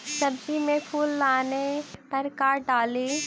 सब्जी मे फूल आने पर का डाली?